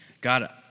God